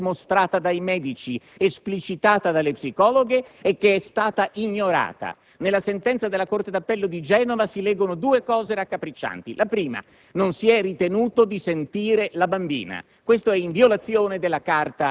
che è stata data con chiarezza, dimostrata dai medici, esplicitata dalle psicologhe e che è stata ignorata. Nella sentenza della corte d'appello di Genova si leggono due cose raccapriccianti: la prima è che non si è ritenuto di sentire la bambina